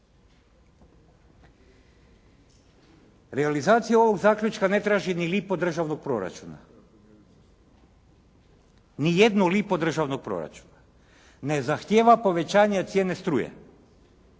Realizacija ovog zaključka ne traži lipu od državnog proračuna. Ni jednu lipu od državnog proračuna. Ne zahtijeva povećanje cijene struje.